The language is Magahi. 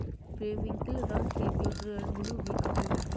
पेरिविंकल रंग के लैवेंडर ब्लू भी कहल जा हइ